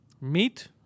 Meat